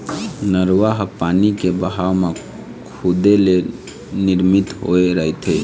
नरूवा ह पानी के बहाव म खुदे ले निरमित होए रहिथे